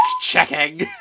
checking